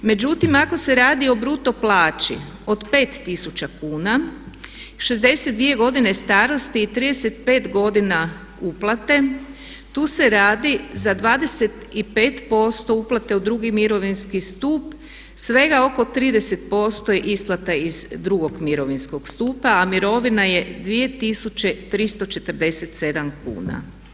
Međutim, ako se radi o bruto plaći od 5000 kuna, 62 godine starosti i 35 godina uplate tu se radi za 25% uplate u drugi mirovinski stup svega oko 30% je isplata iz drugog mirovinskog stupa, a mirovina je 2347 kuna.